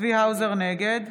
נגד